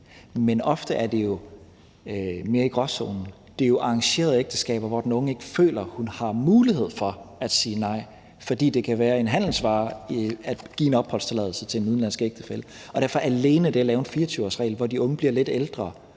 men ofte ligger det jo mere i en gråzone. Det er jo arrangerede ægteskaber, hvor den unge ikke føler, at hun har mulighed for at sige nej, fordi det kan være en handelsvare at give en opholdstilladelse til en udenlandsk ægtefælle. Derfor kan alene det at lave en 24-årsregel, hvor de unge bliver lidt ældre